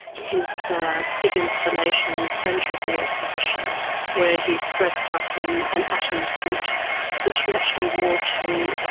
his big installation in the centre of the exhibition where he has dressed up in an atom suit which he actually wore to ah